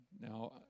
Now